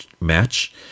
match